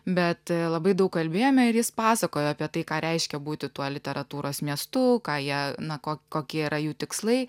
bet labai daug kalbėjome ir jis pasakojo apie tai ką reiškia būti tuo literatūros miestu ką jie na ko kokie yra jų tikslai